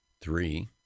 three